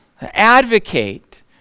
advocate